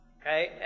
okay